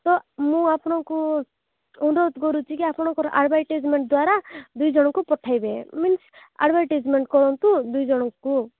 ତ ମୁଁ ଆପଣଙ୍କୁ ଅନୁରୋଧ କରୁଛିକି ଆପଣଙ୍କର ଆଡ଼ଭର୍ଟିସମେଣ୍ଟ ଦ୍ୱାରା ଦୁଇ ଜଣଙ୍କୁ ପଠେଇବେ ମିନ୍ସ୍ ଆଡ଼ଭର୍ଟିସମେଣ୍ଟ କରନ୍ତୁ ଦୁଇଜଣଙ୍କୁ